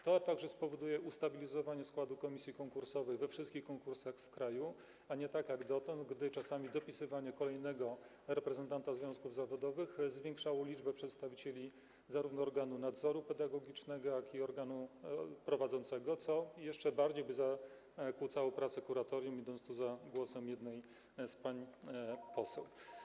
To także spowoduje ustabilizowanie składu komisji konkursowych we wszystkich konkursach w kraju, a nie tak jak dotąd, gdy czasami dopisywanie kolejnego reprezentanta związków zawodowych zwiększało liczbę przedstawicieli zarówno organu nadzoru pedagogicznego, jak i organu prowadzącego, co jeszcze bardziej by zakłócało pracę kuratorium - idąc tu za głosem jednej z pań poseł.